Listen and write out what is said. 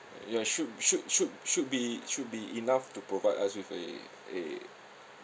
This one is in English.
ya should should should should be should be enough to provide us with a a